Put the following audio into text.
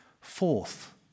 Fourth